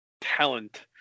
talent